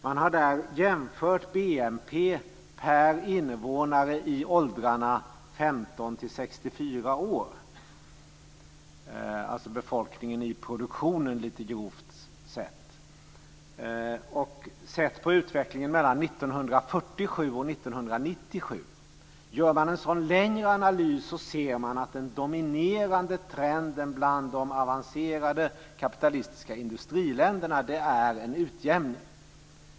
Man har där jämfört BNP per invånare i åldrarna 15-64 år, alltså lite grovt sett befolkningen i produktionen, och sett närmare på utvecklingen mellan 1947 och 1997. Gör man en sådan längre analys ser man att den dominerande trenden bland de avancerade kapitalistiska industriländerna är en utjämning.